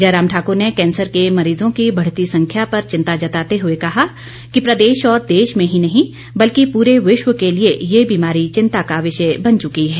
जयराम ठाकूर ने कैंसर के मरीजों की बढ़ती संख्या पर चिंता जताते हुए कहा कि प्रदेश और देश में ही नहीं बल्कि पूरे विश्व के लिए यह बीमारी चिंता का विषय बन चुकी है